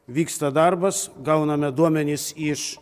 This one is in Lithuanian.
vyksta darbas gauname duomenis iš